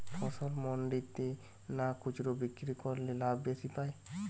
ফসল মন্ডিতে না খুচরা বিক্রি করলে লাভ বেশি পাব?